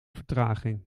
vertraging